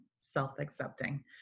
self-accepting